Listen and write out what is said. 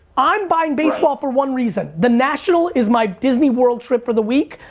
i'm buying baseball for one reason, the national is my disney world trip for the week.